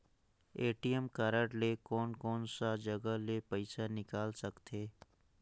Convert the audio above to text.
ATM card ले कोन कोन सा जगह ले पइसा निकाल सकथे?